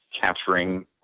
capturing